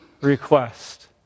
request